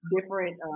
different